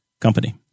company